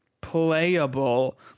playable